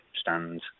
stand